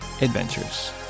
adventures